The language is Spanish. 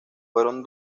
fueron